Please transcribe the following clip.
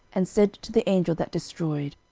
and said to the angel that destroyed,